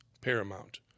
paramount